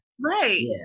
Right